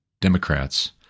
Democrats